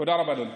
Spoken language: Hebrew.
תודה רבה, אדוני.